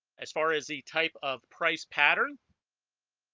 as far as the type of price pattern